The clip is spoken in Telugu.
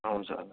అవును సార్